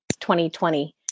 2020